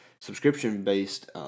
subscription-based